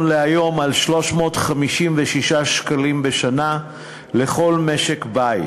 להיום הוא 356 ש"ח בשנה לכל משק-בית.